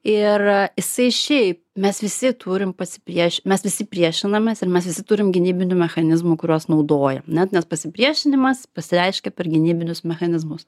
ir jisai šiaip mes visi turim mes visi priešinamės ir mes visi turim gynybinių mechanizmų kuriuos naudojam net nes pasipriešinimas pasireiškia per gynybinius mechanizmus